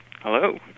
Hello